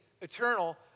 eternal